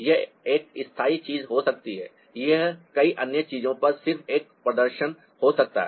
यह एक स्थायी चीज हो सकती है यह कई अन्य चीजों पर सिर्फ एक प्रदर्शन हो सकता है